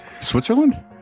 Switzerland